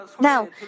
Now